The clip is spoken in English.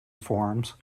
forms